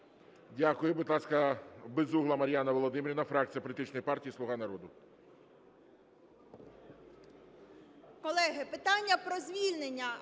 Дякую. Будь ласка, Безугла Мар'яна Володимирівна, фракція політичної партії "Слуга народу".